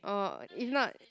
or if not